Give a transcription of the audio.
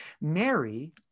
Mary